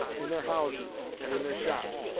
in their houses, and in their shops,